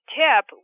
tip